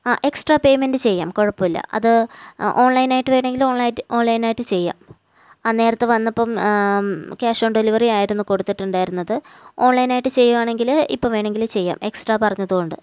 ആ extra payment ചെയ്യാം കുഴപ്പമില്ല അത് ഓണ്ലൈനായിട്ട് വേണമെങ്കില് ഓൺലൈൻട്ട് ഓണ്ലൈനായിട്ട് ചെയ്യാം ആ നേരത്തെ വന്നപ്പം ക്യാഷ് ഓണ് ഡെലിവറി ആയിരുന്നു കൊടുത്തിട്ടുണ്ടായിരുന്നത് ഓണ്ലൈനായിട്ട് ചെയ്യുകയാണെങ്കില് ഇപ്പോൾ വേണമെങ്കില് ചെയ്യാം എക്സ്ട്ര പറഞ്ഞതുകൊണ്ട്